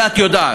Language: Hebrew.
את זה את יודעת.